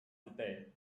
today